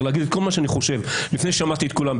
להגיד את כל מה שאני חושב לפני ששמעתי את כולם,